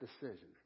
decision